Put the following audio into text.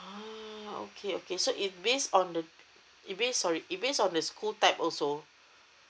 uh okay okay so it based on the it based sorry it based on the school type also